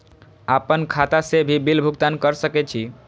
आपन खाता से भी बिल भुगतान कर सके छी?